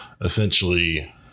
essentially